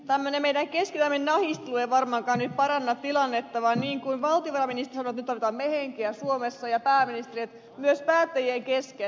tämmöinen meidän keskinäinen nahistelumme ei varmaankaan paranna tilannetta vaan niin kuin valtiovarainministeri sanoi nyt tarvitaan me henkeä suomessa ja pääministeri myös päättäjien kesken